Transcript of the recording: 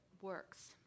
works